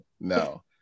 No